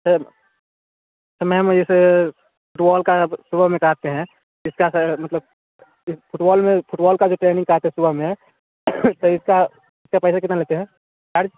ma'am तो ma'am जैसे football का सुबह में कहते है इसका असर मतलब इस फुटबॉल में फुटबॉल का भी ट्रैनिंग करते सुबह में तो इसका इसका पैसा कितना लगता हैं चार्ज